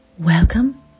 Welcome